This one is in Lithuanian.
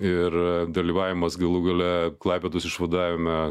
ir dalyvavimas galų gale klaipėdos išvadavime